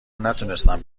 نتونستم